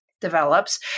develops